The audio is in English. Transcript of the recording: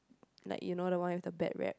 like you know the one with the bad rep